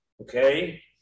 Okay